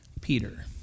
Peter